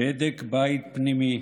בדק בית פנימי: